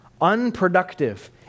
unproductive